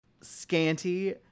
Scanty